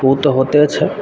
उ तऽ होतय छै